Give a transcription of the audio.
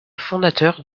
fondateur